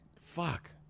fuck